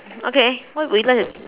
okay what we like to